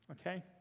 Okay